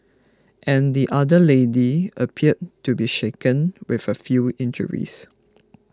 and the other lady appeared to be shaken with a few injuries